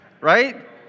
Right